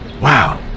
Wow